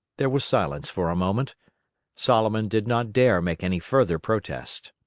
there was silence for a moment solomon did not dare make any further protest.